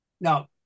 Now